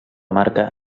marca